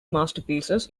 masterpieces